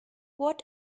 what